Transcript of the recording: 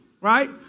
right